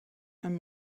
and